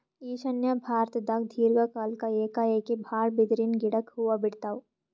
ಈಶಾನ್ಯ ಭಾರತ್ದಾಗ್ ದೀರ್ಘ ಕಾಲ್ಕ್ ಏಕಾಏಕಿ ಭಾಳ್ ಬಿದಿರಿನ್ ಗಿಡಕ್ ಹೂವಾ ಬಿಡ್ತಾವ್